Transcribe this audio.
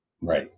Right